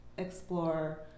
Explore